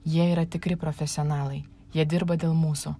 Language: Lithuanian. jie yra tikri profesionalai jie dirba dėl mūsų